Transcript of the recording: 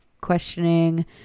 questioning